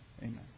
Amen